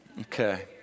okay